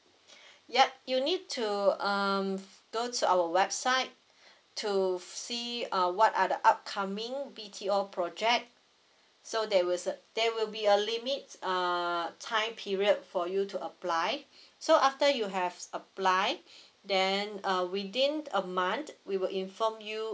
yup you need to um go to our website to see uh what are the upcoming B T O project so that was uh there will be a limit err time period for you to apply so after you have apply then uh within a month we will inform you